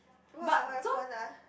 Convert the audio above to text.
!wah! what happened ah